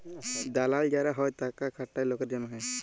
দালাল যারা হ্যয় টাকা খাটায় লকের জনহে